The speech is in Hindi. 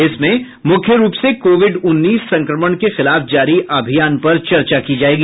इसमें मुख्य रूप से कोविड उन्नीस संक्रमण को खिलाफ जारी अभियान पर चर्चा की जाएगी